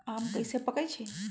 आम कईसे पकईछी?